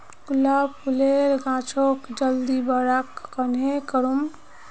गुलाब फूलेर गाछोक जल्दी बड़का कन्हे करूम?